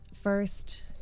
First